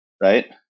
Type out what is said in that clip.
right